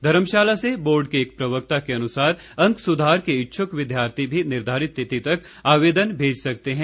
धर्मशाला से बोर्ड के एक प्रवक्ता के अनुसार अंक सुधार के इच्छ्क विद्यार्थी भी निर्धारित तिथि तक आवेदन भेज सकते हैं